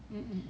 host I think